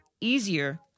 easier